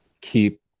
keep